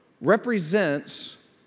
represents